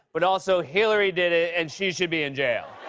but also, hillary did it and she should be in jail.